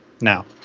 now